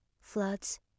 floods